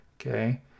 okay